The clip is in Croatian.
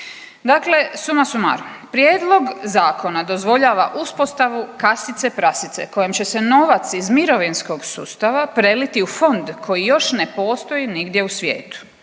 Dakle, suma sumarum, prijedlog zakona dozvoljava uspostavu kasice prasice kojom će se novac iz mirovinskog sustava preliti u fond koji još ne postoji nigdje u svijetu,